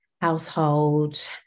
household